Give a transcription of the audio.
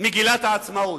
מגילת העצמאות,